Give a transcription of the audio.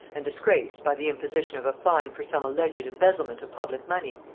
and disgraced, by the imposition of a fine for some alleged embezzlement of public money,